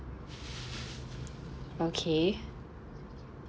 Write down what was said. okay